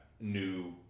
new